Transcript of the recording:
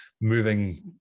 moving